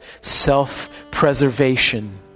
self-preservation